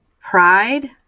Pride